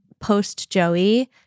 post-Joey